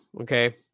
okay